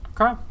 Okay